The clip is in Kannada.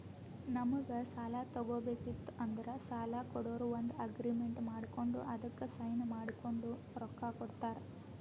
ನಮ್ಗ್ ಸಾಲ ತಗೋಬೇಕಿತ್ತು ಅಂದ್ರ ಸಾಲ ಕೊಡೋರು ಒಂದ್ ಅಗ್ರಿಮೆಂಟ್ ಮಾಡ್ಕೊಂಡ್ ಅದಕ್ಕ್ ಸೈನ್ ಮಾಡ್ಕೊಂಡ್ ರೊಕ್ಕಾ ಕೊಡ್ತಾರ